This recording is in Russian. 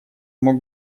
мог